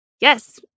Yes